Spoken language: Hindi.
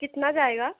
कितना जाएगा